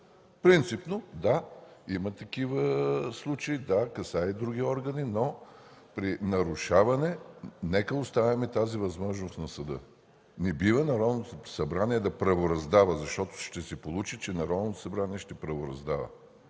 Принципно – да, има такива случаи, да, касае и други органи, но при нарушаване нека оставим тази възможност на съда. Не бива Народното събрание да правораздава, защото ще се получи, че Народното събрание ще правораздава,